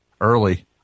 early